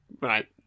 Right